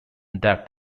that